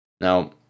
now